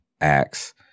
Acts